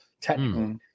technically